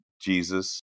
Jesus